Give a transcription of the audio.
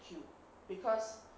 heal because